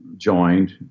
joined